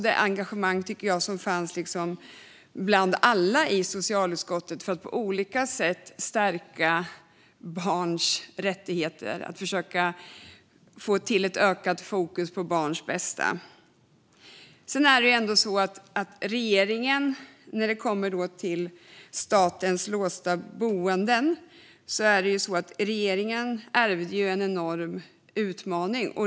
Det fanns också ett engagemang bland alla i socialutskottet för att på olika sätt stärka barns rättigheter och försöka få till ett ökat fokus på barns bästa. När det kommer till statens låsta boenden ärvde regeringen en enorm utmaning.